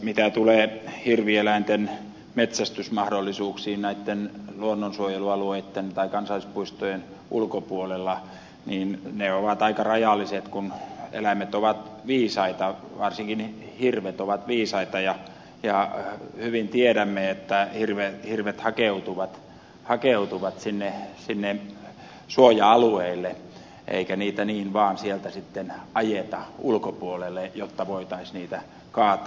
mitä tulee hirvieläinten metsästysmahdollisuuksiin näitten luonnonsuojelualueitten tai kansallispuistojen ulkopuolella niin ne ovat aika rajalliset kun eläimet ovat viisaita varsinkin hirvet ovat viisaita ja hyvin tiedämme että hirvet hakeutuvat sinne suoja alueille eikä niitä niin vaan sieltä sitten ajeta ulkopuolelle jotta voitaisiin niitä kaataa